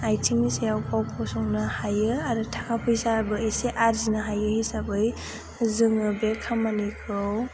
आथिंनि सायाव गाव गसंनो हायो आरो थाखा फैसाबो इसे आर्जिनो हायो हिसाबै जोङो बे खामानिखौ